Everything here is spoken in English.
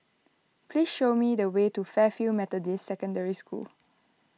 please show me the way to Fairfield Methodist Secondary School